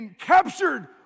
captured